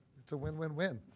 it's a win, win, win.